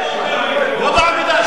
אתה מפלגת העבודה,